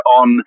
on